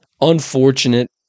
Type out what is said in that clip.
Unfortunate